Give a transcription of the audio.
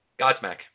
Godsmack